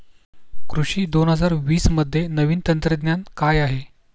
कृषी दोन हजार वीसमध्ये नवीन तंत्रज्ञान काय आहे?